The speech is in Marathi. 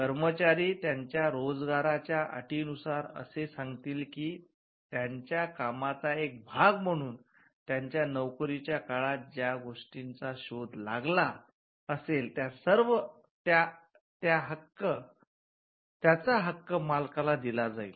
कर्मचारी त्यांच्या रोजगाराच्या अटींनुसार असे सांगतील की त्यांच्या कामाचा एक भाग म्हणून त्यांच्या नोकरीच्या काळात ज्या गोष्टींचा शोध लागला असेल त्याचा हक्क मालकाला दिला जाईल